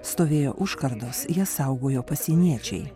stovėjo užkardos jas saugojo pasieniečiai